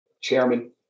chairman